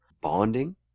bonding